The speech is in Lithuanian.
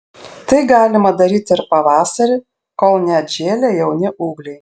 tai galima daryti ir pavasarį kol neatžėlę jauni ūgliai